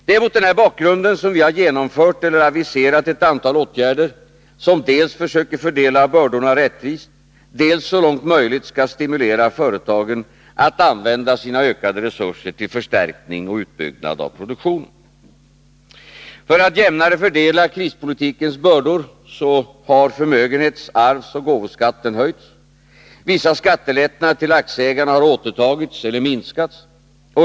Det är mot den här bakgrunden som vi genomfört eller aviserat ett antal åtgärder, som dels försöker fördela bördorna rättvist, dels så långt möjligt skall stimulera företagen att använda sina ökade resurser till förstärkning och utbyggnad av produktionen. För att jämnare fördela krispolitikens bördor har förmögenhets-, arvsoch gåvoskatten höjts och vissa skattelättnader till aktieägarna återtagits eller minskats.